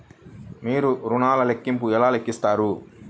మీరు ఋణ ల్లింపులను ఎలా లెక్కిస్తారు?